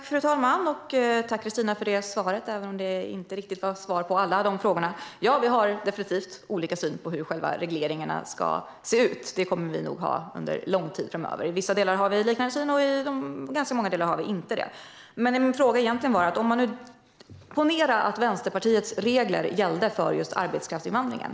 Fru talman! Tack, Christina, för svaret, även om det inte riktigt gav svar på alla mina frågor. Ja, vi har definitivt olika syn på hur själva regleringen ut; det kommer vi nog att ha under lång tid framöver. I vissa delar har vi liknande syn, och i ganska många delar har vi det inte. Men min fråga var egentligen denna: Ponera att Vänsterpartiets regler gällde för arbetskraftsinvandringen.